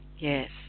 Yes